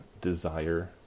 desire